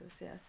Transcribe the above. yes